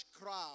crowd